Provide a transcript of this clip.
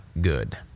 good